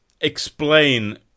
explain